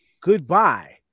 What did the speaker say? Goodbye